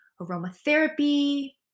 aromatherapy